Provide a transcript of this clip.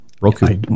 Roku